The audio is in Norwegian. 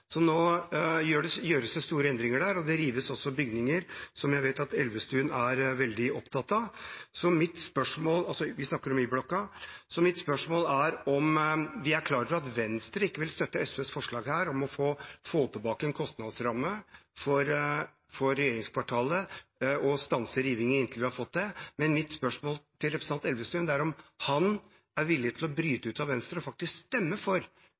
Nå gjøres det store endringer der, og det rives også bygninger som jeg vet at Ola Elvestuen er veldig opptatt av – vi snakker om Y-blokka. Vi er klar over at Venstre ikke vil støtte SVs forslag her om å få tilbake en kostnadsramme for regjeringskvartalet og stanse rivingen inntil vi har fått det. Mitt spørsmål til representanten Elvestuen er: Er han villig til å bryte ut av Venstre og faktisk stemme for